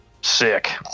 Sick